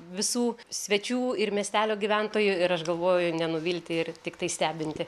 visų svečių ir miestelio gyventojų ir aš galvoju nenuvilti ir tiktai stebinti